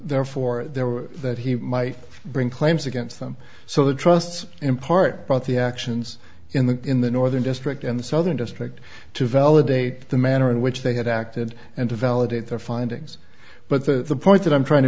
therefore they were that he might bring claims against them so the trusts in part by the actions in the in the northern district in the southern district to validate the manner in which they had acted and to validate their findings but the point that i'm trying to